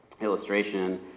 illustration